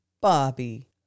Bobby